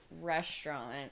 restaurant